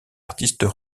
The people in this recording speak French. artistes